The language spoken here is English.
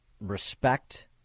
respect